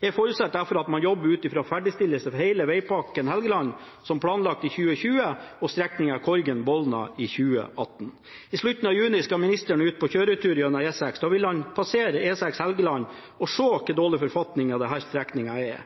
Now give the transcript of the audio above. Jeg forutsetter derfor at man jobber ut fra en ferdigstillelse for hele Vegpakke Helgeland som planlagt i 2020 og for strekningen Korgen–Bolna i 2018. I slutten av juni skal ministeren ut på kjøretur på E6. Da vil han passere E6 Helgeland og se hvilken dårlig forfatning denne strekningen er i.